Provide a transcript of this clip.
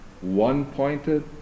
one-pointed